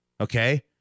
Okay